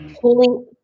pulling